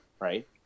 right